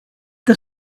the